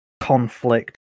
conflict